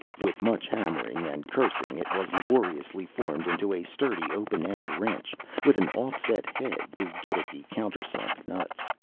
with much hammering and cursing it was laboriously formed into a sturdy open-end wrench with an offset head to get at the countersunk nuts.